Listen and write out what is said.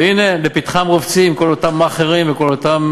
והנה לפתחם רובצים כל אותם מאכערים וכל אותם